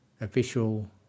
official